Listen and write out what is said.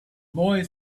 boy